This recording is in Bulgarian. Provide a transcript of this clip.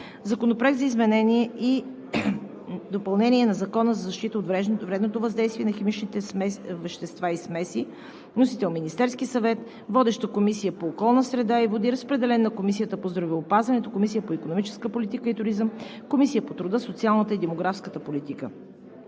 Законопроект за изменение и допълнение на Закона за защита от вредното въздействие на химичните вещества и смеси. Вносител е Министерският съвет. Водеща е Комисията по околна среда и води. Разпределен е на Комисията по здравеопазването, Комисията по икономическа политика и туризъм, Комисията по труда, социалната и демографската политика;